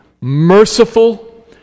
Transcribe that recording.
merciful